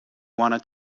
wanna